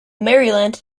maryland